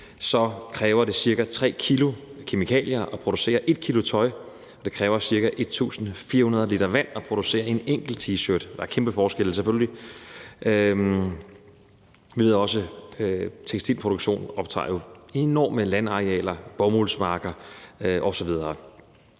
kræver det cirka 3 kg kemikalier at producere 1 kg tøj, og det kræver cirka 1.400 l vand at producere en enkelt t-shirt. Der er selvfølgelig kæmpe forskelle, men tekstilproduktion optager jo også enorme landarealer med bomuldsmarker osv.